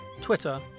Twitter